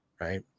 right